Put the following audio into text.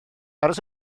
aros